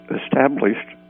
established